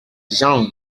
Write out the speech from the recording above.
jean